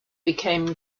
became